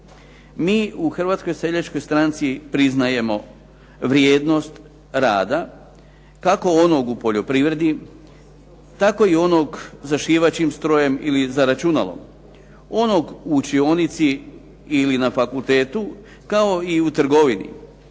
Mi u Hrvatskoj seljačkoj stranci priznajemo vrijednost rada kako onog u poljoprivredi tako i onog za šivaćim strojem ili za računalom, onog u učionici ili na fakultetu kao i u trgovini.